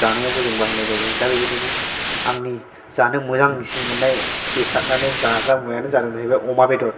जानायावबो जों बाहायनाय जायो दा बिबादिनो आंनि जानो मोजांसिन मोननाय बेसादानो जाग्रा मुवायानो जादों जाहैबाय अमा बेदर